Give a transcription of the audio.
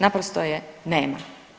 Naprosto je nema.